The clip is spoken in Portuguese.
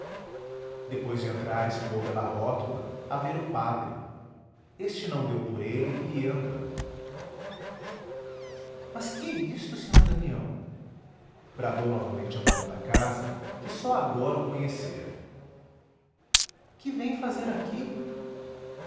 depois de entrar espiou pela rótula a ver o padre este não deu por ele e ia andando mas que é isto sr damião bradou novamente a dona da casa que só agora o conhecera que vem fazer aqui